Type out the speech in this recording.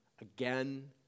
again